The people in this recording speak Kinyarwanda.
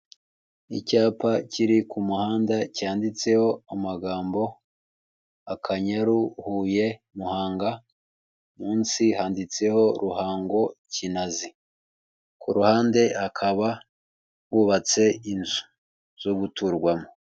Icyapa kiri ku muhanda cyanditseho amagambo; Akanyaru, Huye, Muhanga; munsi handitseho Ruhango, Kinazi. Ku ruhande kaba hubatse inzu zo guturwamo.